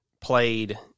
played